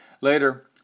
Later